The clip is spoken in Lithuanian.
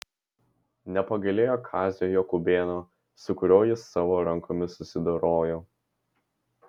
nepagailėjo kazio jakubėno su kuriuo jis savo rankomis susidorojo